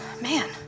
man